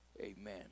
amen